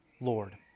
Lord